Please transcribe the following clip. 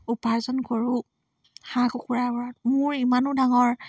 উপাৰ্জন কৰোঁ হাঁহ কুকুৰা মোৰ ইমানো ডাঙৰ